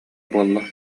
буолла